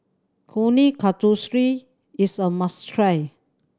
Kuih Kasturi is a must try